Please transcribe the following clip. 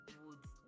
woods